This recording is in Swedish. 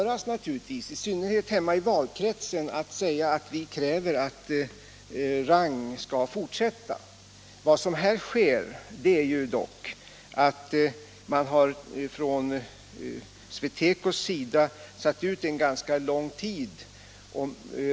Det låter naturligtvis bra, i synnerhet hemma i valkretsen, när man säger att ”vi kräver att Rang skall fortsätta”. SweTeco har dock lämnat besked om sina svårigheter i god tid.